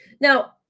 now